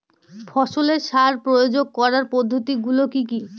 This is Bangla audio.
ফসলের সার প্রয়োগ করার পদ্ধতি গুলো কি কি?